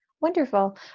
Wonderful